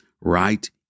right